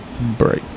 break